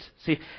See